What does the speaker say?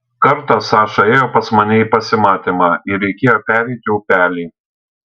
kartą saša ėjo pas mane į pasimatymą ir reikėjo pereiti upelį